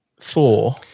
four